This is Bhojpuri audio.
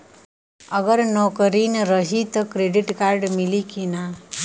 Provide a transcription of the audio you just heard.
अगर नौकरीन रही त क्रेडिट कार्ड मिली कि ना?